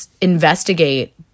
investigate